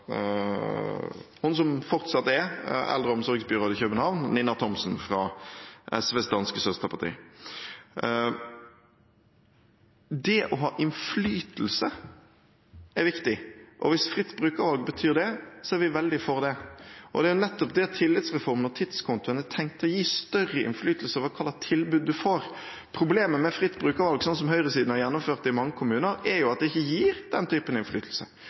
hun som fortsatt er eldreomsorgsbyråd i København, Nina Thomsen fra SVs danske søsterparti. Det å ha innflytelse er viktig, og hvis fritt brukervalg betyr det, er vi veldig for det. Det er nettopp det tillitsreformen og tidskontoen er tenkt å gi: større innflytelse over hva slags tilbud du får. Problemet med fritt brukervalg, sånn som høyresiden har gjennomført det i mange kommuner, er at det ikke gir den typen innflytelse.